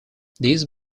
this